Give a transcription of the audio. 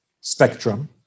spectrum